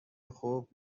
خوب